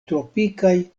tropikaj